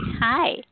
Hi